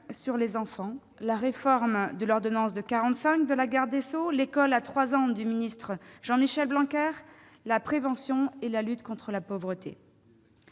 sur les enfants, à la réforme de l'ordonnance de 1945 de la garde des sceaux, à l'école à 3 ans du ministre Jean-Michel Blanquer, à la prévention et à la lutte contre la pauvreté,